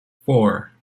four